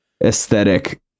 aesthetic